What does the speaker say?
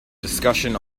discussion